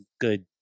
good